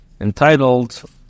entitled